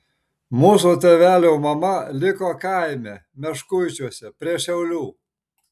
mūsų tėvelio mama liko kaime meškuičiuose prie šiaulių